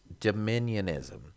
dominionism